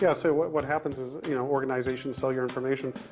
yeah so what what happens is, you know, organizations stole your information.